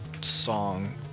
song